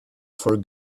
for